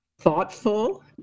thoughtful